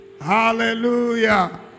Hallelujah